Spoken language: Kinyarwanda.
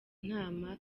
inama